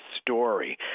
story